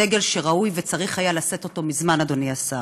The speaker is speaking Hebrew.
דגל שראוי וצריך היה לשאת אותו מזמן, אדוני השר.